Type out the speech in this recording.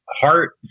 heart